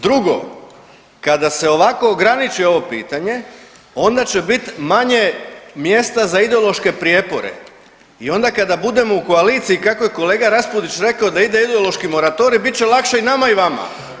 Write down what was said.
Drugo, kada se ovako ograniči ovo pitanje onda će biti manje mjesta za ideološke prijepore i onda kada budemo u koaliciji kako je kolega Raspudić rekao da ide ideološki moratorij bit će lakše i nama i vama.